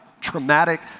traumatic